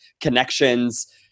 connections